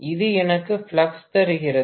இது எனக்கு ஃப்ளக்ஸ் தருகிறது